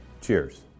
Cheers